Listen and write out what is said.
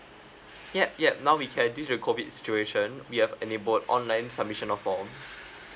yup yup now we can due to COVID situation we have any board online submission of forms